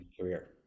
career